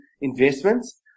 investments